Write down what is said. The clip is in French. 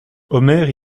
omer